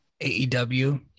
AEW